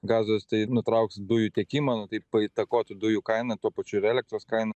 gazos tai nutrauks dujų tiekimą nu tai paįtakotų dujų kainą tuo pačiu ir elektros kainą